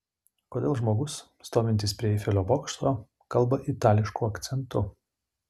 kodėl žmogus stovintis prie eifelio bokšto kalba itališku akcentu